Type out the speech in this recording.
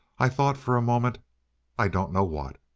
i thought for a moment i don't know what!